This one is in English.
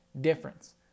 difference